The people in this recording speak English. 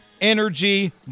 Energy